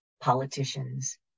politicians